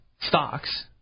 stocks